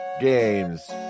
games